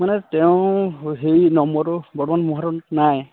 মানে তেওঁ হৈ সেই নম্বৰটো বৰ্তমান মোৰ হাতত নাই